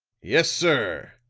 yes, sir.